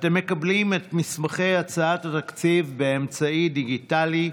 אתם מקבלים את מסמכי הצעת התקציב באמצעי דיגיטלי,